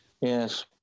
Yes